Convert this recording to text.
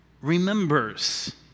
remembers